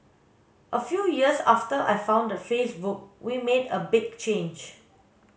a few years after I founded Facebook we made a big change